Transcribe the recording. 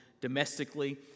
domestically